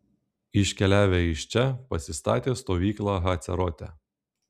iškeliavę iš čia pasistatė stovyklą hacerote